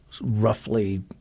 roughly